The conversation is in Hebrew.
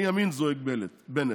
"אני ימין" זועק בנט,